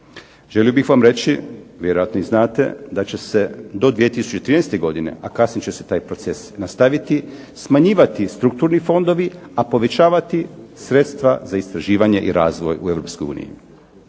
Želio bih vam reći, vjerojatno i znate da će se do 2013. godine, a kasnije će se taj proces nastaviti, smanjivati strukturni fondovi, a povećavati sredstva za istraživanje i razvoj u